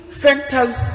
factors